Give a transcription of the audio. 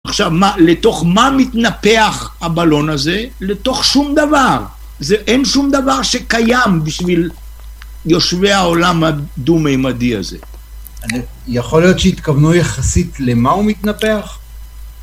עכשיו, לתוך מה מתנפח הבלון הזה? לתוך שום דבר. אין שום דבר שקיים בשביל יושבי העולם הדו-מימדי הזה. יכול להיות שהתכוונו יחסית למה הוא מתנפח?